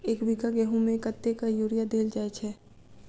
एक बीघा गेंहूँ मे कतेक यूरिया देल जाय छै?